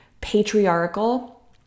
patriarchal